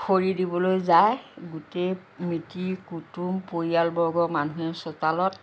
খৰি দিবলৈ যায় গোটেই মিতিৰ কুটুম পৰিয়ালবৰ্গৰ মানুহে চোতালত